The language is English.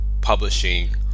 publishing